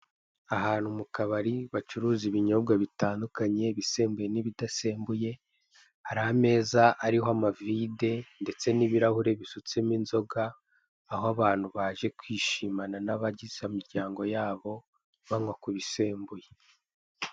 Ahantu mu kabari bacuruza ibinyobwa bitandukanye ibisembuye, n'ibidasembuye hari ameza ariho amavide, ndetse n'ibirahure bisutsemo inzoga aho abantu baje kwishimana n'abagizen'imiryango yabo banywa ku bisembuye.